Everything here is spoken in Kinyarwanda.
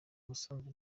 ubusanzwe